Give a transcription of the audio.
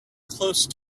close